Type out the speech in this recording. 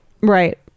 right